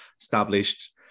established